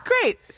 Great